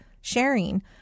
sharing